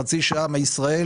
חצי שעה מישראל